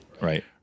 Right